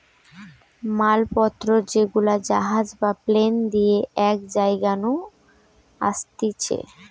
মাল পত্র যেগুলা জাহাজ বা প্লেন দিয়ে এক জায়গা নু আসতিছে